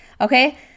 Okay